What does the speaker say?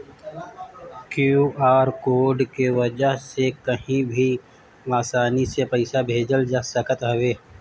QR code के वजह से कही भी आसानी से पईसा भेजल जा सकत हवे